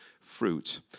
fruit